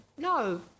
No